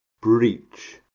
Breach